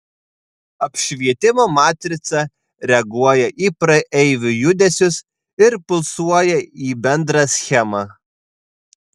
apšvietimo matrica reaguoja į praeivių judesius ir pulsuoja į bendrą schemą